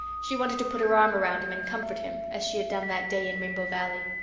she wanted to put her arm round him and comfort him, as she had done that day in rainbow valley.